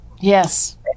yes